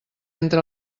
entre